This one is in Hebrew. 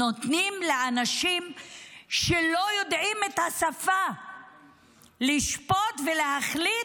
נותנים לאנשים שלא יודעים את השפה לשפוט ולהחליט,